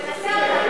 תנסה אותנו.